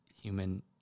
human